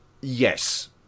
Yes